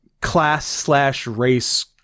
class-slash-race